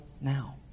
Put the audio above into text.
now